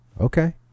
Okay